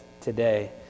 today